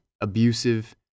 abusive